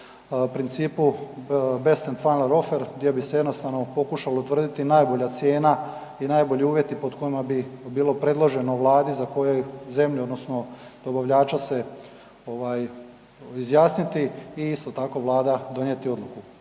o principu best and final offer gdje bi se jednostavno pokušalo utvrditi najbolja cijena i najbolji uvjeti pod kojima bi bilo predloženo Vladi za koju zemlju odnosno dobavljača se izjasniti i isto tako, Vlada donijeti odluku